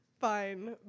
Fine